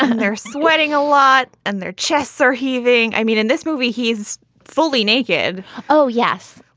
ah and they're sweating a lot and their chests are heaving. i mean, in this movie, he's fully naked oh, yes.